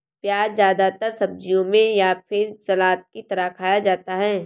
प्याज़ ज्यादातर सब्जियों में या फिर सलाद की तरह खाया जाता है